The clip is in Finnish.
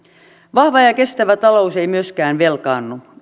vahva ja kestävä talous ei myöskään velkaannu